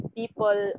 people